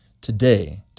today